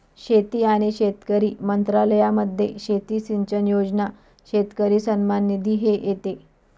शेती आणि शेतकरी मंत्रालयामध्ये शेती सिंचन योजना, शेतकरी सन्मान निधी हे येते